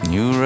New